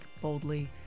boldly